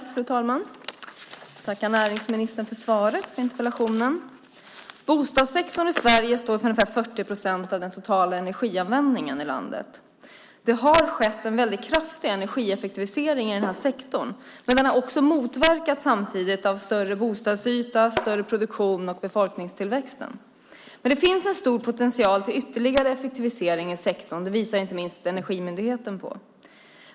Fru talman! Jag vill tacka näringsministern för svaret på interpellationen. Bostadssektorn i Sverige står för ungefär 40 procent av den totala energianvändningen i landet. Det har skett en väldigt kraftig energieffektivisering i den här sektorn, men den har samtidigt motverkats av större bostadsyta, större produktion och befolkningstillväxten. Det finns dock en stor potential till ytterligare effektivisering i sektorn. Det visar inte minst Energimyndigheten på.